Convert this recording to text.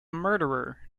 murderer